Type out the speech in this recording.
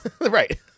Right